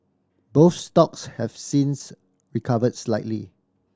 both stocks have since recovered slightly